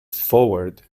forward